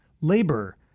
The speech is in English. Labor